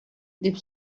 дип